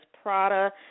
Prada